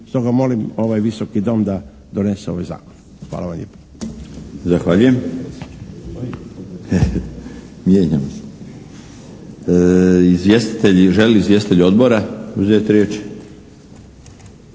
Stoga molim ovaj Visoki dom da donese ovaj zakon. Hvala vam lijepo.